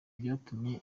byatumye